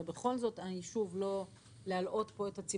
להעלות תחבורה